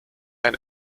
ein